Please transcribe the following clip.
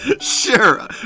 Sure